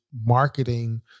marketing